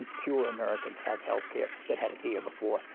fewer americans have health care than had it the year before.